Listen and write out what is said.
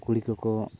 ᱠᱩᱲᱤ ᱠᱚᱠᱚ